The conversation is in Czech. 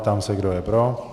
Ptám se, kdo je pro.